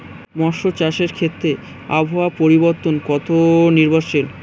মৎস্য চাষের ক্ষেত্রে আবহাওয়া পরিবর্তন কত নির্ভরশীল?